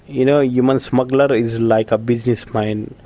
you know, human smuggler is like a businessman.